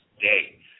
day